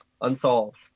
unsolved